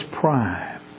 prime